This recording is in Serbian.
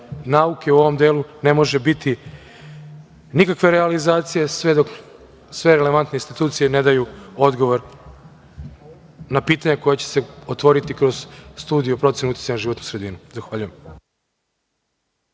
nauke u ovom delu ne može biti nikakve realizacije sve dok sve relevantne institucije ne daju odgovor na pitanja koja će se otvoriti kroz studiju o proceni uticaja na životnu sredinu. Zahvaljujem.